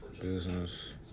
business